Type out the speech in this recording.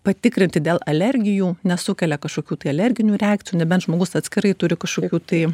patikrinti dėl alergijų nesukelia kažkokių tai alerginių reakcijų nebent žmogus atskirai turi kažkokių tai